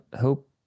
Hope